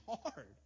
hard